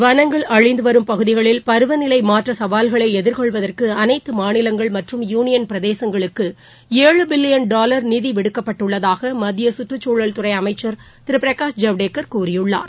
வளங்கள் அழிந்து வரும் பகுதிகளில் பருவநிலை மாற்ற சவால்களை எதிர்கொள்வதற்கு அனைத்து மாநிலங்கள் மற்றும் யுளியன் பிரதேசங்களுக்கு ஏழு பில்லியன் டாவர் நிதி விடுவிக்கப்பட்டுள்ளதாக மத்திய சுற்றுச்சூழல் துறை அமைச்சர் திரு பிரகாஷ் ஜவடேக்கர் கூறியுள்ளார்